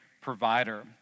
provider